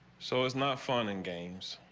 so it's not fun and games.